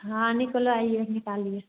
हाँ निकलवाइए निकालिए